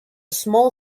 small